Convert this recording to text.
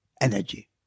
energy